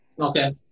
Okay